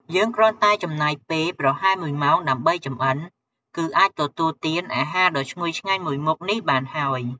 យើងគ្រាន់តែចំណាយពេលប្រហែលមួយម៉ោងដើម្បីចម្អិន គឺអាចទទួលទានអាហារដ៏ឈ្ងុយឆ្ងាញ់មួយមុខនេះបានហើយ។